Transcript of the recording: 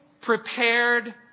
prepared